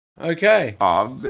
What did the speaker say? Okay